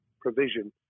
provision